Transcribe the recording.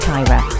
Tyra